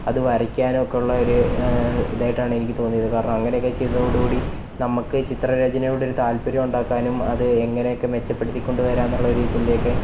അത് വരയ്ക്കാനും ഒക്കെയുള്ള ഒരു ഇതായിട്ടാണ് എനിക്ക് തോന്നിയത് കാരണം അങ്ങനെയൊക്കെ ചെയ്തതോട് കൂടി നമുക്ക് ചിത്രരചനയോട് ഒരു താല്പര്യം ഉണ്ടാക്കാനും അത് എങ്ങനെയൊക്കെ മെച്ചപ്പെടുത്തി കൊണ്ടുവരാം എന്നുള്ളൊരു ചിന്തയൊക്കെ